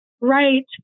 right